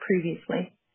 previously